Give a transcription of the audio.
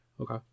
Okay